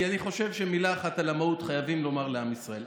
כי אני חושב שמילה אחת על המהות חייבים לומר לעם ישראל.